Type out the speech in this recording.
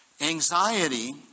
Anxiety